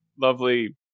lovely